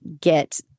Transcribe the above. get